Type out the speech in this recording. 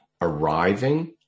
arriving